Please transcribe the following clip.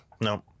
no